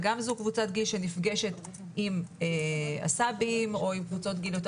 וגם זו קבוצת גיל שנפגשת עם הסבים או עם קבוצות גיל יותר